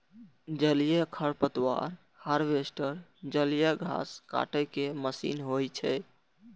जलीय खरपतवार हार्वेस्टर जलीय घास काटै के मशीन होइ छै